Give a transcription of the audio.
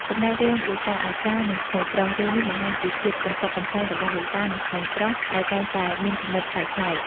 ចំណែករឿងលោកតាអាចារ្យ និងក្មួយប្រុស រឿងនេះបង្ហាញពីភាពកំប្លុកកំប្លែងរបស់លោកតា និងក្មេងប្រុស ដែលតែងតែមានគំនិតប្លែកៗ។